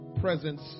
presence